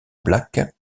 black